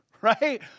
Right